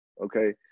okay